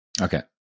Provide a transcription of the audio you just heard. Okay